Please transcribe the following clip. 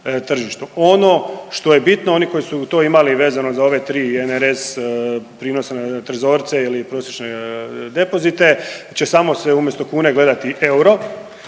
Ono što je bitno, oni koji su to imali vezano za ove tri NRS, prinose na trezorce ili prosječne depozite će samo se umjesto kune gledati euro